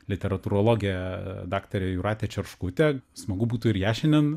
literatūrologė daktarė jūratė čerškutė smagu būtų ir ją šiandien